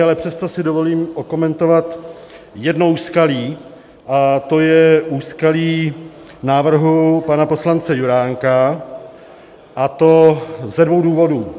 Ale přesto si dovolím okomentovat jedno úskalí a to je úskalí návrhu pana poslance Juránka, a to ze dvou důvodů.